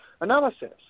analysis